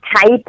type